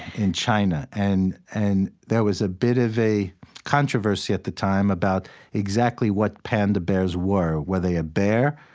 in china, and and there was a bit of a controversy at the time about exactly what panda bears were. were they a bear?